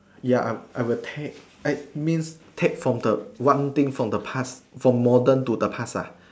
ya I I would take eh means take from the one thing from the past from modern to the past ah